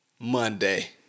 Monday